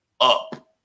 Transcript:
up